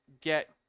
get